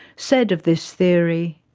said of this theory,